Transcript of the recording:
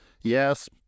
Yes